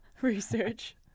research